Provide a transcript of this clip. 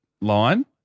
line